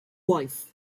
wife